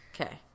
Okay